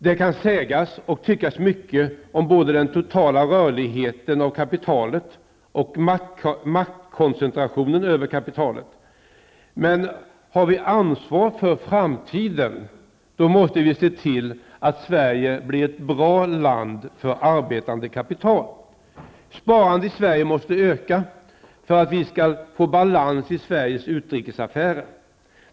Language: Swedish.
Det kan sägas och tyckas mycket om både denna totala rörlighet av kapitalet och maktkoncentrationen över kapitalet, men har vi ansvar för framtiden så måste vi se till att Sverige blir ett bra land för arbetande kapital. Sparandet i Sverige måste öka för att vi skall få balans i Sveriges utrikesaffärer.